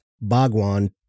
Bhagwan